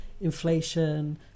inflation